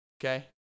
okay